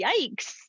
Yikes